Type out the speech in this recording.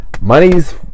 Money's